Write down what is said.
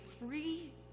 free